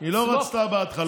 היא לא רצתה בהתחלה.